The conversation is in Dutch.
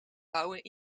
bouwen